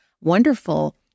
wonderful